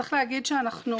צריך להגיד שאנחנו